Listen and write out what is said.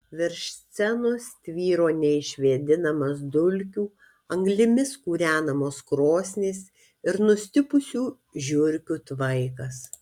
virš scenos tvyro neišvėdinamas dulkių anglimis kūrenamos krosnies ir nustipusių žiurkių tvaikas